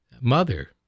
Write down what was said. mother